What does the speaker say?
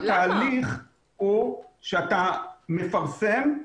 התהליך הוא שאתה מפרסם,